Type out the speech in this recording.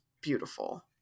beautiful